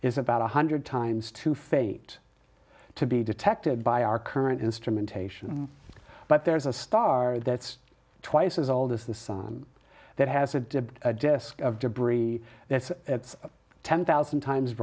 is about one hundred times to fate to be detected by our current instrumentation but there's a star that's twice as old as the sun that has a desk of debris that's ten thousand times